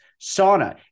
sauna